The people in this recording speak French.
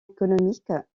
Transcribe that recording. économique